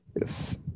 Yes